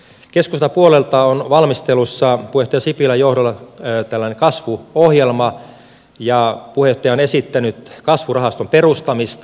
keskustan puolelta on valmistelussa puheenjohtaja sipilän johdolla kasvuohjelma ja puheenjohtaja on esittänyt kasvurahaston perustamista